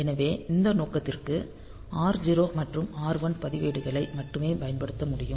எனவே இந்த நோக்கத்திற்கு R0 மற்றும் R1 பதிவேடுகளை மட்டுமே பயன்படுத்த முடியும்